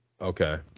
Okay